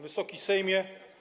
Wysoki Sejmie!